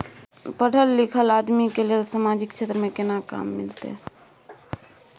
पढल लीखल आदमी के लेल सामाजिक क्षेत्र में केना काम मिलते?